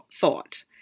thought